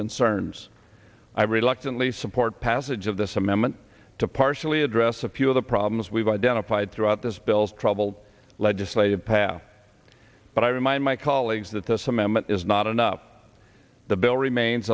concerns i reluctantly support passage of this amendment to partially address a few of the problems we've identified throughout this bill's troubled legislative path but i remind my colleagues that this amendment is not enough the bill remains